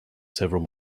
several